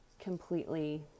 completely